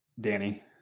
Danny